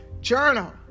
Journal